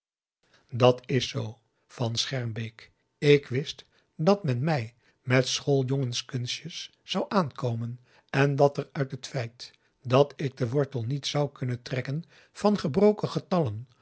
dat is zoo van schermbeek ik wist dat men mij met schooljongenskunstjes zou aankomen en dat er uit het feit dat ik den wortel niet zou kunnen trekken van gebroken getallen